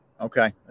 Okay